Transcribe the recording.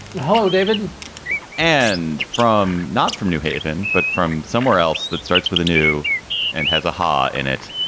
hello, david and from not from new haven, but from somewhere else that starts with a new and has a ha in it.